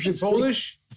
Polish